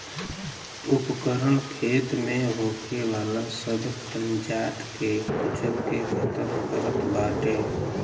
उपकरण खेत में होखे वाला सब खंजाट के कुचल के खतम करत बाटे